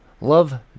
love